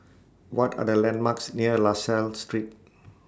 What Are The landmarks near La Salle Street